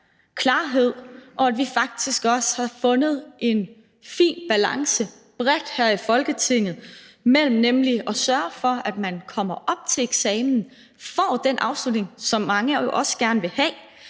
klarhed og faktisk også har fundet en fin balance bredt her i Folketinget ved nemlig at sørge for, at man kommer op til eksamen og får den afslutning, som mange gerne vil have,